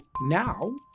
now